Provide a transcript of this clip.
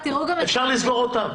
אפשר לסגור אותם?